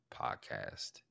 podcast